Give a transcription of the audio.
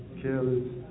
careless